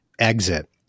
exit